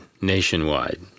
nationwide